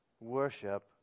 worship